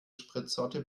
spritsorte